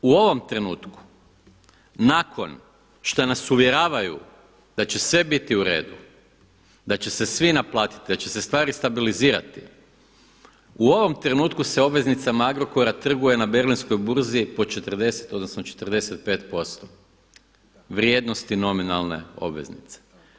U ovom trenutku nakon šta nas uvjeravaju da će sve biti u redu, da će se svi naplatiti, da će se stvari stabilizirati u ovom trenutku se obveznicama Agrokora trguje na Berlinskoj burzi po 40, odnosno 45% vrijednosti nominalne obveznice.